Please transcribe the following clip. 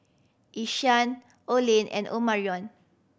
Ishaan Olen and Omarion